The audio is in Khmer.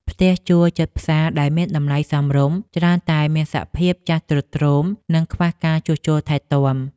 ផ្ទះជួលជិតផ្សារដែលមានតម្លៃសមរម្យច្រើនតែមានសភាពចាស់ទ្រុឌទ្រោមនិងខ្វះការជួសជុលថែទាំ។